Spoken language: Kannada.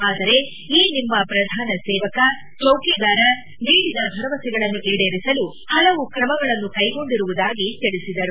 ಆದರೆ ಈ ನಿಮ್ನ ಪ್ರಧಾನ ಸೇವಕ ಚೌಕಿದಾರ ನೀಡಿದ ಭರವಸೆಗಳನ್ನು ಈಡೇರಿಸಲು ಹಲವು ಕ್ರಮಗಳನ್ನು ಕೈಗೊಂಡಿರುವುದಾಗಿ ತಿಳಿಸಿದರು